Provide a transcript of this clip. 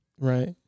right